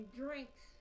drinks